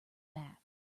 back